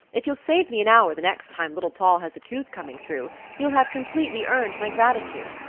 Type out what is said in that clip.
if you'll save me an hour the next time little poll has a tooth coming through, you'll have completely earned my gratitude.